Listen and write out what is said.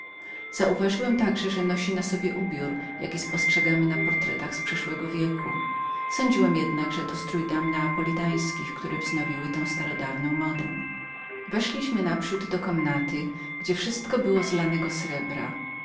uważałem także że nosiła na sobie ubiór jaki spostrzegamy na portretach z przeszłego wieku sądziłem jednak że to był strój dam neapolitańskich które upodobały sobie te odwieczne mody weszliśmy naprzód do komnaty gdzie wszystko było z lanego srebra